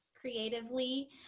creatively